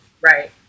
right